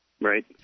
Right